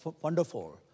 wonderful